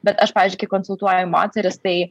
bet aš pavyzdžiui kai konsultuoju moteris tai